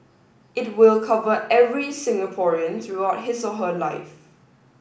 it will cover every Singaporean throughout his or her life